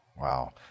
Wow